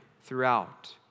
throughout